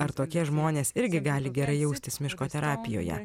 ar tokie žmonės irgi gali gerai jaustis miško terapijoje